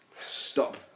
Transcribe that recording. stop